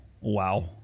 wow